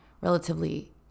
relatively